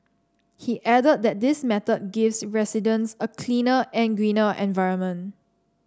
he added that this method gives residents a cleaner and greener environment